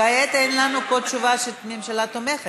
החוק הזה סוגר את הדלת בפני האפשרות להתמודד בצורה נאותה עם